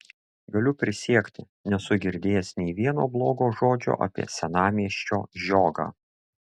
galiu prisiekti nesu girdėjęs nei vieno blogo žodžio apie senamiesčio žiogą